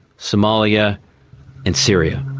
somalia and syria.